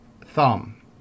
thumb